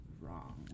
wrong